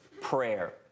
prayer